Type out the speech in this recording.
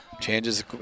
Changes